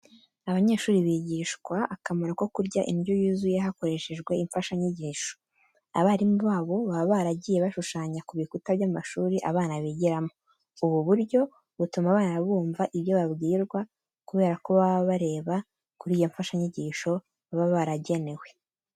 Abanyeshuri bigishwa akamaro ko kurya indyo yuzuye hakoreshejwe imfashanyigisho, abarimu babo baba baragiye bashushanya ku bikuta by'amashuri abana bigiramo. Ubu buryo butuma abana bumva ibyo babwirwa kubera ko baba bareba kuri iyo mfashanyigisho baba baragenewe.